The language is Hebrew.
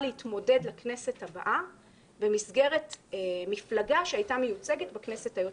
להתמודד לכנסת הבאה במסגרת מפלגה שהייתה מיוצגת בכנסת היוצאת.